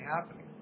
happening